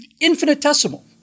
Infinitesimal